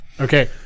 Okay